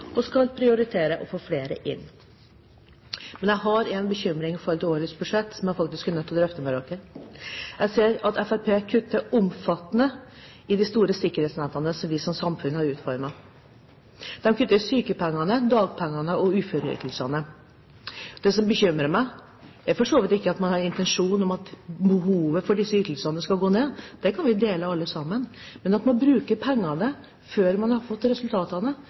og skal prioritere å få flere inn. Men jeg har én bekymring med hensyn til årets budsjett, som jeg faktisk er nødt til å drøfte med dere. Jeg ser at Fremskrittspartiet kutter omfattende i de store sikkerhetsnettene som vi som samfunn har utformet. De kutter i sykepengene, dagpengene og uføreytelsene. Det som bekymrer meg, er for så vidt ikke at man har en intensjon om å redusere behovet for disse ytelsene – det kan vi dele alle sammen. Men at man reduserer pengebruken før man har fått resultatene,